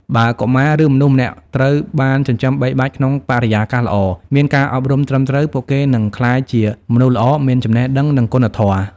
បើកុមារ ឬមនុស្សម្នាក់ត្រូវបានចិញ្ចឹមបីបាច់ក្នុងបរិយាកាសល្អ មានការអប់រំត្រឹមត្រូវ ពួកគេនឹងក្លាយជាមនុស្សល្អ មានចំណេះដឹង និងគុណធម៌។